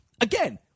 again